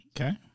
Okay